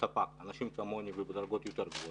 אנשים כמוני ובדרגות גבוהות יותר,